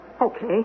Okay